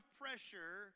pressure